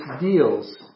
deals